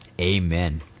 Amen